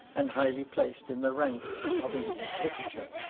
and highly placed in the ranks of english literature